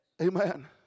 Amen